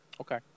Okay